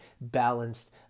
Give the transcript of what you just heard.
balanced